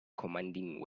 commanding